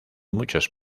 muchos